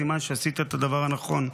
סימן שעשית את הדבר הנכון.